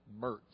Mertz